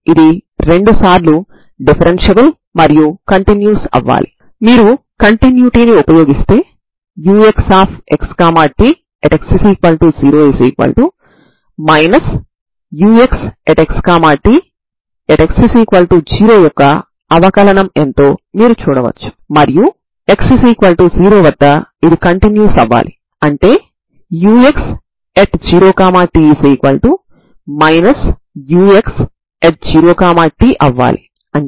ఇప్పుడు మీరు ఈ రెండు పరిష్కారాల కూడిక లేదా వ్యత్యాసాన్ని కూడా తీసుకోవచ్చు అవి కూడా సరళ స్వతంత్ర పరిష్కారాలు అవుతాయి అంటే cos μx మరియు sin μx లు పరిష్కారాలు అవుతాయి